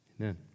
Amen